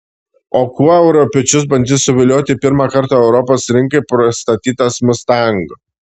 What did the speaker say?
o kuo europiečius bandys suvilioti pirmą kartą europos rinkai pristatytas mustang